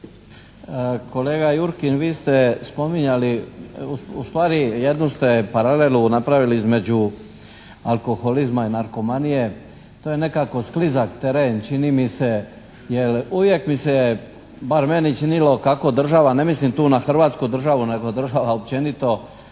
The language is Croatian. Kolega Jurkin, vi ste spominjali, ustvari jednu ste paralelu napravili između alkoholizma i narkomanije. To je nekako sklizav teren čini mi se, jer uvijek mi se, bar meni činilo kako država, ne mislim tu na hrvatsku državu, nego država općenito